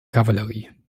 kavallerie